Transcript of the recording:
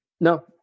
No